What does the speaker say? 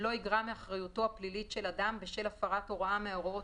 לא יגרע מאחריותו הפלילית של אדם בשל הפרת פליליתהוראה מההוראות